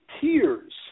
tears